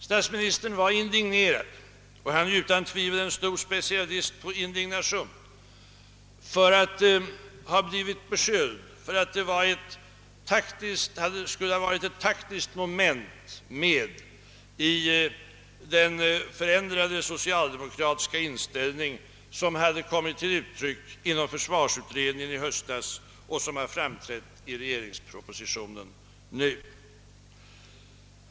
Statsministern var indignerad — och han är utan tvivel en stor specialist på indignation — över att han blivit beskylld för att det skulle ha varit ett taktiskt moment med i den förändrade socialdemokratiska inställning som hade kommit till uttryck inom försvarsutredningen i höstas och som har framträtt i propositionen nu.